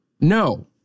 No